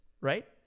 right